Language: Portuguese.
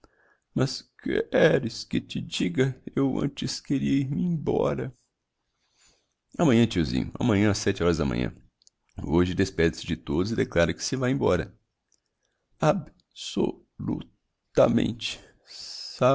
mas qu éres que te diga eu antes queria ir me embora amanhã tiozinho amanhã ás sete horas da manhã hoje despede se de todos e declara que se vae embora